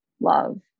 love